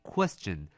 Question